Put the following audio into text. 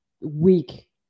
weak